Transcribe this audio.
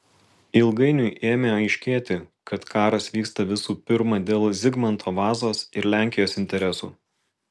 ilgainiui ėmė aiškėti kad karas vyksta visų pirma dėl zigmanto vazos ir lenkijos interesų